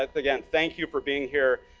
again, thank you, for being here.